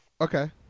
Okay